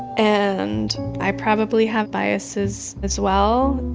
and i probably have biases, as well.